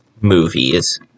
movies